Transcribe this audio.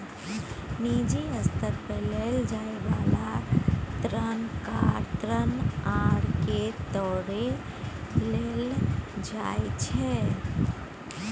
निजी स्तर पर लेल जाइ बला ऋण कार ऋण आर के तौरे लेल जाइ छै